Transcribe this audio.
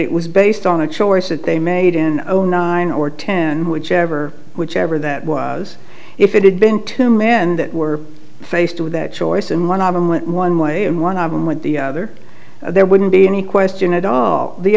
it was based on a choice that they made in zero nine or ten whichever whichever that was if it had been two men that were faced with that choice and one of them went one way and one of them with the other there wouldn't be any question at all the